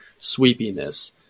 sweepiness